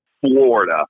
Florida